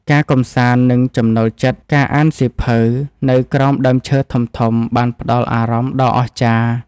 ការកម្សាន្ត និងចំណូលចិត្តការអានសៀវភៅនៅក្រោមដើមឈើធំៗបានផ្ដល់អារម្មណ៍ដ៏អស្ចារ្យ។